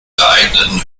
geeigneten